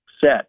set